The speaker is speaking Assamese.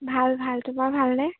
ভাল ভাল তোমাৰ ভালনে